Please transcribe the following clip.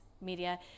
Media